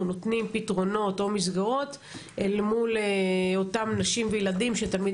נותנים פתרונות או מסגרות למול אותם נשים וילדים שתמיד